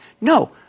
No